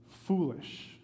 foolish